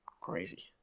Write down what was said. crazy